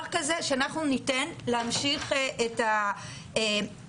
כזה שאנחנו ניתן להמשיך את ההפקרות.